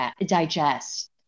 digest